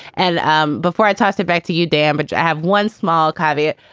and um before i toss it back to you, damage, i have one small caveat.